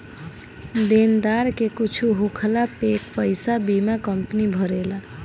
देनदार के कुछु होखला पे पईसा बीमा कंपनी भरेला